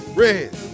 red